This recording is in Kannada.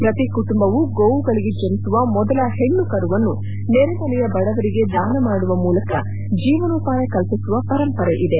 ಪ್ರತಿ ಕುಟುಂಬವು ಗೋವುಗಳಿಗೆ ಜನಿಸುವ ಮೊದಲ ಹೆಣ್ಣು ಕರುವನ್ನು ನೆರೆಮನೆಯ ಬಡವರಿಗೆ ದಾನ ಮಾಡುವ ಮೂಲಕ ಜೀವನೋಪಾಯ ಕಲ್ಪಿಸುವ ಪರಂಪರೆಯಿದೆ